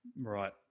Right